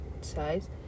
size